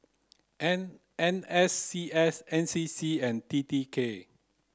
N N S C S N C C and T T K